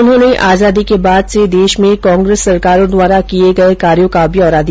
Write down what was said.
उन्होंने आजादी के बाद से देश में कांग्रेस सरकारों द्वारा किए गए कार्यो का ब्यौरा दिया